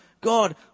God